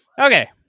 Okay